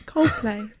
Coldplay